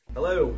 Hello